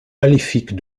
maléfique